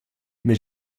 mais